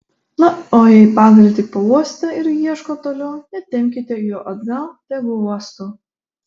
na o jei pagalį tik pauostė ir ieško toliau netempkite jo atgal tegu uosto